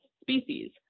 species